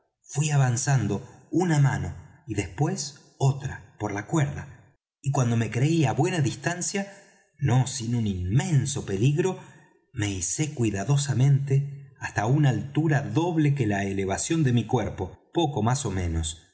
fuí avanzando una mano y después otra por la cuerda y cuando me creí á buena distancia no sin un inmenso peligro me icé cuidadosamente hasta una altura doble que la elevación de mi cuerpo poco más ó menos